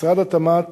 משרד התמ"ת